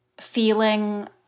feeling